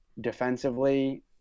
defensively